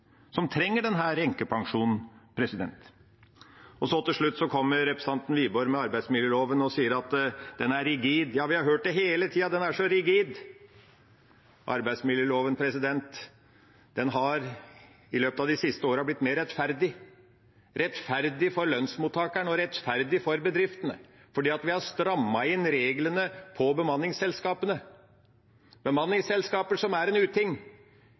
Til slutt kommer representanten Wiborg med arbeidsmiljøloven og sier at den er rigid. Ja, vi har hørt det hele tiden – at den er så rigid! Arbeidsmiljøloven har i løpet av de siste årene blitt mer rettferdig – rettferdig for lønnsmottakerne og rettferdig for bedriftene. For vi har strammet inn reglene for bemanningsselskapene – bemanningsselskaper, som er en uting